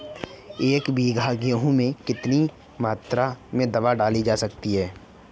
एक बीघा गेहूँ में कितनी मात्रा में दवा डाली जा सकती है?